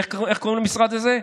איך קוראים למשרד הזה?